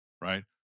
right